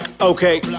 Okay